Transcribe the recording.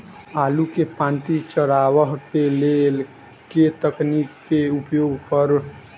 आलु केँ पांति चरावह केँ लेल केँ तकनीक केँ उपयोग करऽ?